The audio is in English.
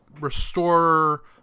restorer